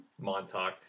Montauk